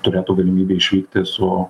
turėtų galimybę išvykti su